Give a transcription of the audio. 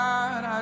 God